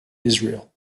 israel